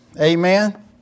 Amen